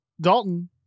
Dalton